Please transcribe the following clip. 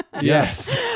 yes